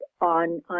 on